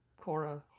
Cora